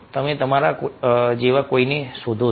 તમે તમારા જેવા કોઈને શોધો છો